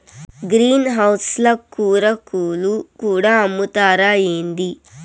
green house ల కూరాకులు కూడా అమ్ముతారా ఏంది